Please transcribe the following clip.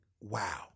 wow